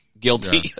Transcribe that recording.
Guilty